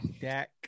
Dak